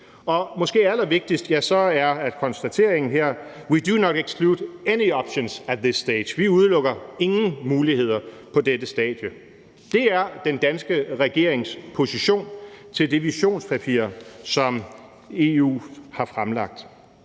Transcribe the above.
exlude any options at this stage« – vi udelukker ingen muligheder på dette stadie. Det er den danske regerings position til det visionspapir, som EU har fremlagt.